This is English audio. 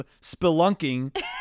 spelunking